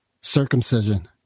circumcision